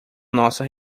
nossa